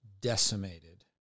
decimated